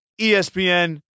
ESPN